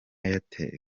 airtel